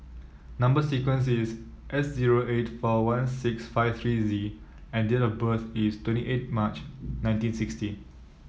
number sequence is S zero eight four one six five three Z and date of birth is twenty eight March nineteen sixty